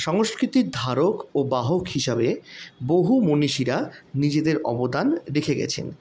সংস্কৃতির ধারক ও বাহক হিসাবে বহু মনীষীরা নিজেদের অবদান রেখে গেছেন